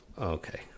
Okay